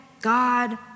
God